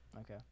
okay